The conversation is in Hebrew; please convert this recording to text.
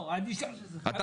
לא --- אני שואל --- זה